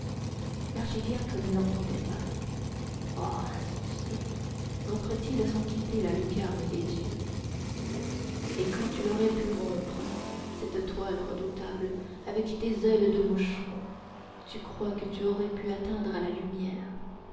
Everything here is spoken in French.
l'archidiacre ne l'entendait pas oh insensé reprit-il sans quitter la lucarne des yeux et quand tu l'aurais pu rompre cette toile redoutable avec tes ailes de moucheron tu crois que tu aurais pu atteindre à la lumière